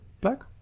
black